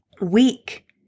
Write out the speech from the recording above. weak